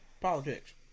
politics